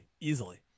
easily